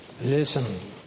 Listen